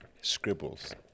Scribbles